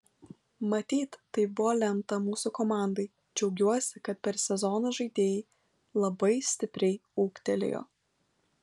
matyt taip buvo lemta mūsų komandai džiaugiuosi kad per sezoną žaidėjai labai stipriai ūgtelėjo